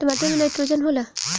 टमाटर मे नाइट्रोजन होला?